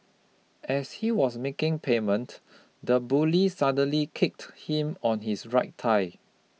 as he was making payment the bully suddenly kicked him on his right thigh